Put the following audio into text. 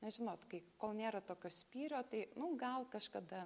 nes žinot kai kol nėra tokio spyrio tai nu gal kažkada